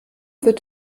wird